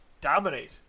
dominate